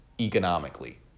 economically